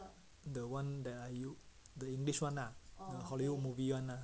the one that I use the english one ah the hollywood movie [one] ah